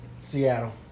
Seattle